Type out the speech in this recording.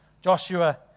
Joshua